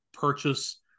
purchase